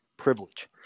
Privilege